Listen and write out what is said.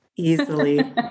easily